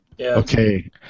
Okay